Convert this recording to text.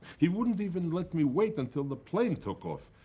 he wouldn't even let me wait until the plane took off.